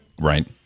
right